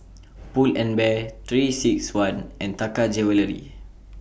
Pull and Bear three six one and Taka